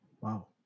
Wow